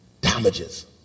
damages